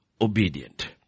obedient